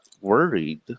worried